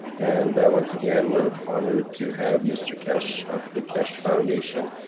and once again, we're honored to have mr keshe, of the keshe foundation,